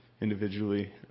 individually